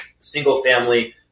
single-family